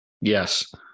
Yes